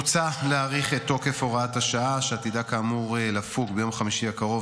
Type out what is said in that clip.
מוצע להאריך את תוקף הוראת השעה שעתידה כאמור לפוג ביום חמישי הקרוב,